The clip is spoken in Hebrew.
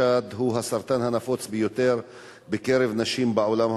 סרטן השד הוא הסרטן הנפוץ ביותר בקרב נשים בעולם המערבי.